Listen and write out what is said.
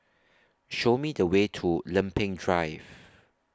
Show Me The Way to Lempeng Drive